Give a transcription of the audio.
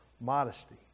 modesty